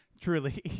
truly